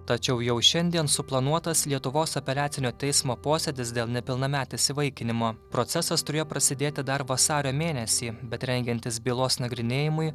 tačiau jau šiandien suplanuotas lietuvos apeliacinio teismo posėdis dėl nepilnametės įvaikinimo procesas turėjo prasidėti dar vasario mėnesį bet rengiantis bylos nagrinėjimui